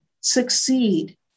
succeed